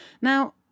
now